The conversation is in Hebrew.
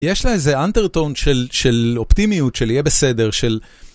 יש לה איזה אנטרטון של אופטימיות, של יהיה בסדר, של...